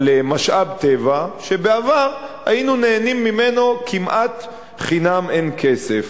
משאב טבע שבעבר היינו נהנים ממנו כמעט חינם אין כסף.